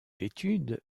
l’étude